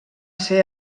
ser